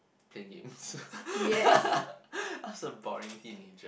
play games I was a boring teenager